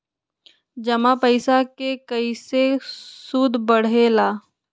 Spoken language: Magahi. जमा पईसा के कइसे सूद बढे ला?